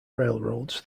railroads